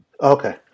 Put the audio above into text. Okay